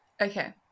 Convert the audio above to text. Okay